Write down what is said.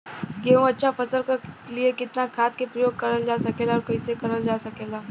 गेहूँक अच्छा फसल क लिए कितना खाद के प्रयोग करल जा सकेला और कैसे करल जा सकेला?